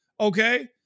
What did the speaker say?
okay